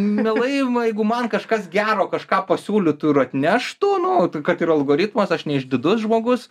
mielai jeigu man kažkas gero kažką pasiūlytų ir atneštų nu vat kad ir algoritmas aš neišdidus žmogus